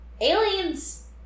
aliens